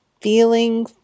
feeling